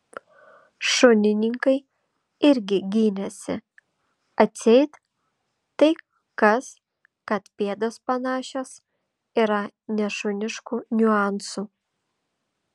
šunininkai irgi gynėsi atseit tai kas kad pėdos panašios yra nešuniškų niuansų